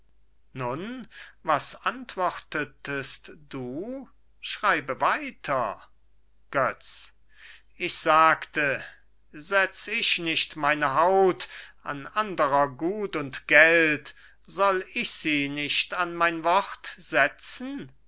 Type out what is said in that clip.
nun was antwortetest du schreibe weiter götz ich sagte setz ich so oft meine haut an anderer gut und geld sollt ich sie nicht an mein wort setzen